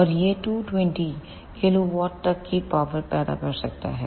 और यह 220 KW तक की पावर पैदा कर सकता है